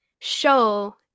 show